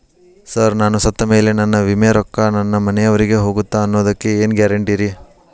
Sir ನಾನು ಸತ್ತಮೇಲೆ ನನ್ನ ವಿಮೆ ರೊಕ್ಕಾ ನನ್ನ ಮನೆಯವರಿಗಿ ಹೋಗುತ್ತಾ ಅನ್ನೊದಕ್ಕೆ ಏನ್ ಗ್ಯಾರಂಟಿ ರೇ?